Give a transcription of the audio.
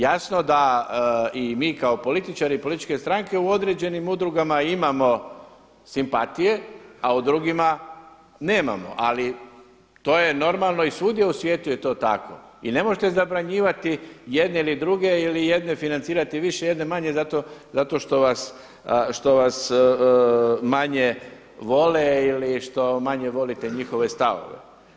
Jasno da i mi kao političari i političke stranke u određenim udrugama imamo simpatije a u drugima nemamo ali to je normalno i svugdje u svijetu je to tako i ne možete zabranjivati jedne ili druge ili jedne financirati više, jedne manje zato što vas, što vas manje vole ili što manje volite njihove stavove.